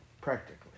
practically